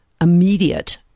immediate